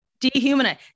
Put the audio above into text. Dehumanize